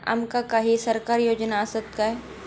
आमका काही सरकारी योजना आसत काय?